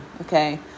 Okay